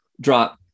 drop